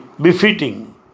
befitting